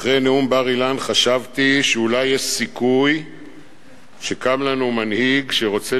אחרי נאום בר-אילן חשבתי שאולי יש סיכוי שקם לנו מנהיג שרוצה